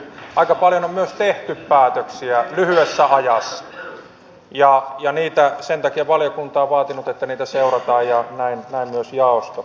aika paljon on myös tehty päätöksiä lyhyessä ajassa ja sen takia valiokunta on vaatinut että niitä seurataan ja näin myös jaosto totesi